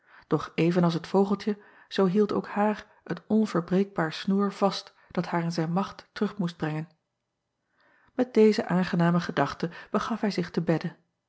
doch even als het vogeltje zoo hield ook haar het onverbreekbare snoer vast dat haar in zijn macht terug moest brengen et deze aangename gedachte begaf hij zich te bedde